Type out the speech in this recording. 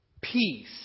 peace